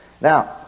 Now